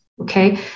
okay